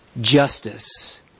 Justice